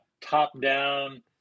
top-down